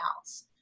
else